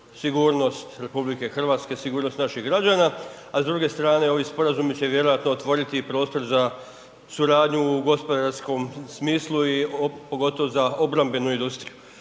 sigurnost RH, sigurnost naših građana a s druge strane ovi sporazumi će vjerojatno otvoriti i prostor za suradnju u gospodarskom smislu i pogotovo za obrambenu industriju.